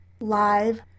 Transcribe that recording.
live